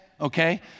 okay